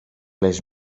les